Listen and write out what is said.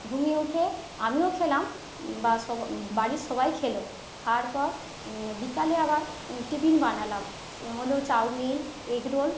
ঘুমিয়ে উঠে আমিও খেলাম বা সব বাড়ির সবাই খেলো খাওয়ার পর বিকালে আবার টিফিন বানালাম হল চাউমিন এগরোল